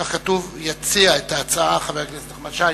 כך כתוב: יציע את ההצעה חבר הכנסת נחמן שי.